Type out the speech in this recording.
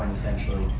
essentially,